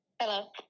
Hello